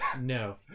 No